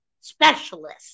specialist